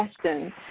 question